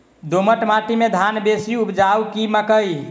दोमट माटि मे धान बेसी उपजाउ की मकई?